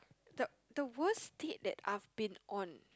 the the worst date that I've been on